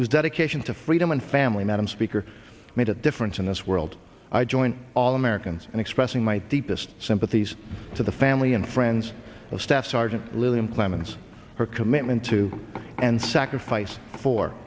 whose dedication to freedom and family madam speaker made a difference in this world i join all americans and expressing my deepest sympathies to the family and friends of staff sergeant lilian clements her commitment to and sacrifice for